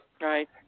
Right